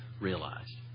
realized